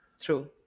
True